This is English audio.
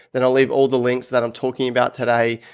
then i'll leave all the links that i'm talking about today.